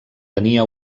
tenia